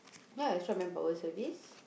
ya extra manpower service